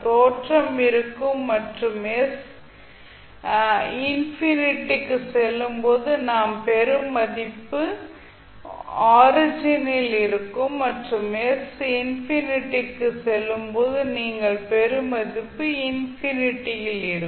தோற்றம் இருக்கும் மற்றும் s இன்ஃபினிட்டி க்கு செல்லும் போது நாம் பெரும் மதிப்பு ஆரிஜின் ல் இருக்கும் மற்றும் s இன்ஃபினிட்டி க்கு செல்லும் போது நீங்கள் பெறும் மதிப்பு இன்ஃபினிட்டி யில் இருக்கும்